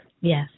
Yes